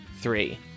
three